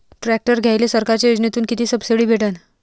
Tractor घ्यायले सरकारच्या योजनेतून किती सबसिडी भेटन?